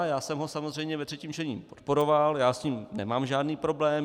Já jsem ho samozřejmě ve třetím čtení podporoval, nemám s ním žádný problém.